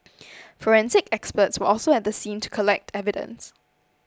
forensic experts were also at the scene to collect evidence